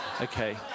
Okay